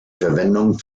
verwendung